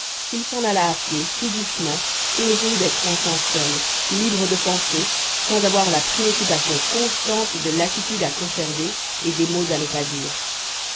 il s'en alla à pied tout doucement heureux d'être enfin seul libre de penser sans avoir la préoccupation constante de l'attitude à conserver et des mots à ne pas dire